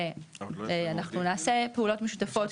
ולכן אני בטוח שהתהליך הזה ייעשה תוך ימים ספורים,